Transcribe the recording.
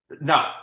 No